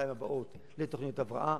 לשנתיים הבאות לתוכניות הבראה.